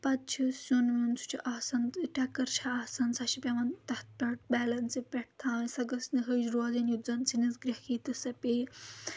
پَتہٕ چھُ سیُن ویُن سُہ چھُ آسان ٹٮ۪کٕر چھِ آسان سُہ چھُ پؠوان تَتھ پؠٹھ بیلَنسہِ پؠٹھ تھاوٕنۍ سۄ گٔژھ نہٕ ہج روزٕنۍ یُتھ زَن سِنِس گرٛیکھ ییہِ تہٕ سۄ پییہِ